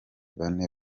bane